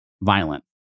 violent